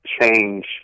change